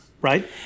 right